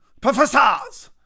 professors